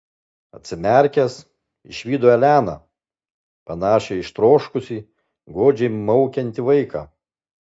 atsimerkęs išvydo eleną panašią į ištroškusį godžiai maukiantį vaiką